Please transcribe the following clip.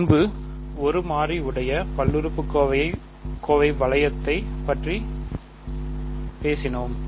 முன்பு ஒரு மாறி உடைய பல்லுறுப்புக்கோவை வளையத்தைப் பற்றி பேசினோம்